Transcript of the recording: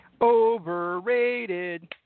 Overrated